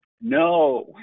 No